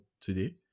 today